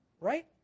Right